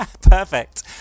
Perfect